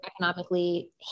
economically